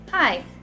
Hi